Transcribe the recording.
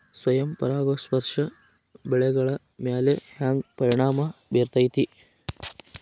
ಸ್ವಯಂ ಪರಾಗಸ್ಪರ್ಶ ಬೆಳೆಗಳ ಮ್ಯಾಲ ಹ್ಯಾಂಗ ಪರಿಣಾಮ ಬಿರ್ತೈತ್ರಿ?